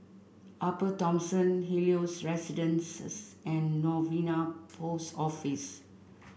Upper Thomson Helios Residences and Novena Post Office